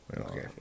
Okay